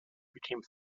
became